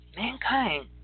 Mankind